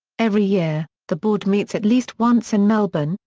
every year, the board meets at least once in melbourne,